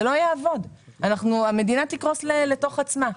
זה לא יעבוד, המדינה תקרוס לתוך עצמה.